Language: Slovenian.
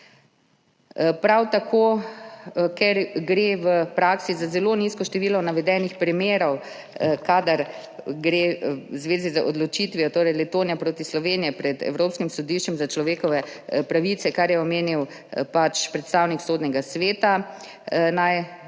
pravosodje. Ker gre v praksi za zelo nizko število navedenih primerov v zvezi z odločitvijo, torej Letonja proti Sloveniji pred Evropskim sodiščem za človekove pravice, kar je omenil predstavnik Sodnega sveta, naj